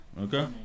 Okay